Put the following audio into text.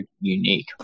unique